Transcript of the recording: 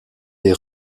des